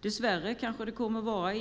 Dess värre kanske